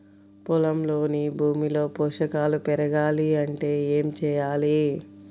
పొలంలోని భూమిలో పోషకాలు పెరగాలి అంటే ఏం చేయాలి?